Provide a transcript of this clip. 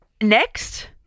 next